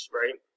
right